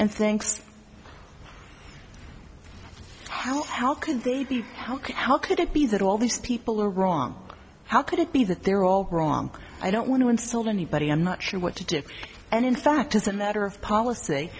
and thinks how how could they be how could how could it be that all these people are wrong how could it be that they're all wrong i don't want to insult anybody i'm not sure what to do and in fact as a matter of policy